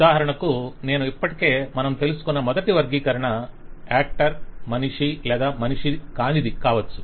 ఉదాహరణకు నేను ఇప్పటికే మనం తెలుసుకొన్న మొదటి వర్గీకరణ యాక్టర్ మనిషి లేదా మనిషి కానిది కావచ్చు